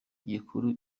gikuru